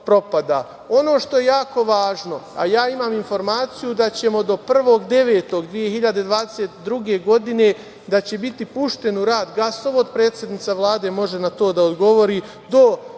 što je jako važno, a imam informaciju da će do 1. septembra 2022. godine biti pušten u rad gasovod, predsednica Vlade može na to da odgovori,